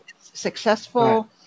successful